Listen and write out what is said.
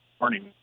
morning